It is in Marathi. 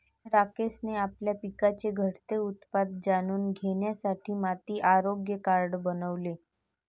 राकेशने आपल्या पिकाचे घटते उत्पादन जाणून घेण्यासाठी माती आरोग्य कार्ड बनवले